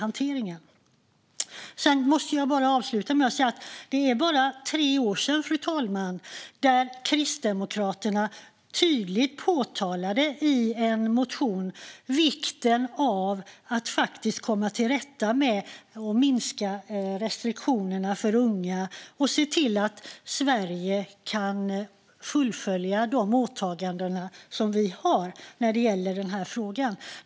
Sedan måste jag avsluta med att säga att det är bara tre år sedan Kristdemokraterna i en motion tydligt pekade på vikten av att man faktiskt skulle komma till rätta med och minska restriktionerna för unga och se till att Sverige kunde fullfölja de åtaganden som vi har när det gäller denna fråga.